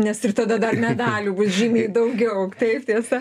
nes ir tada dar medalių bus žymiai daugiau taip tiesa